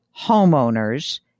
homeowners